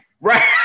Right